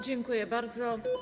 Dziękuję bardzo.